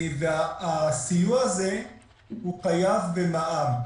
הסיוע הזה הוא חייב במע"מ.